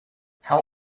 how